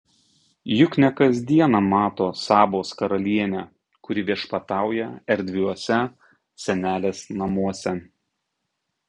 juk ne kas dieną mato sabos karalienę kuri viešpatauja erdviuose senelės namuose